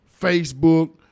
Facebook